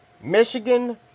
Michigan